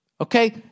Okay